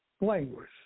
language